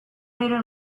leader